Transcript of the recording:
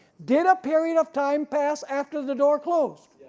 did a period of time pass after the door closed?